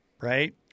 right